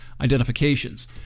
identifications